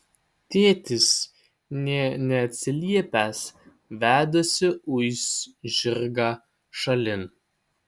tėtis nė neatsiliepęs vedasi uis žirgą šalin